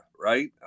right